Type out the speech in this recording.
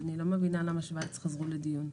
אני לא מבינה למה שוויץ חזרה לדיון.